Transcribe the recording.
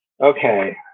Okay